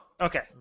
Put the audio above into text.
Okay